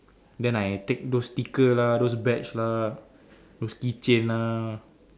then I take those sticker lah those badge lah those keychain lah